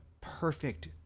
perfect